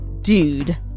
dude